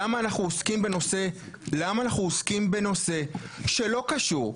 למה אנחנו עוסקים בנושא שלא קשור למלחמה,